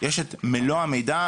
יש את מלוא המידע,